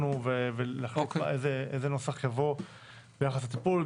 ולהחליט איזה נוסח יבוא ביחס לטיפול.